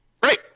Great